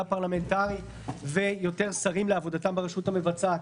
פרלמנטרית ויותר שרים לעבודתם ברשות המבצעת,